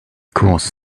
course